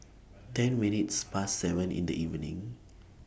ten minutes Past seven in The evening